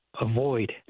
avoid